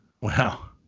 Wow